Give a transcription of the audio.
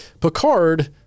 picard